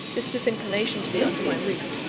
this disinclination to be under my roof,